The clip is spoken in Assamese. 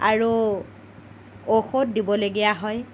আৰু ঔষধ দিবলগীয়া হয়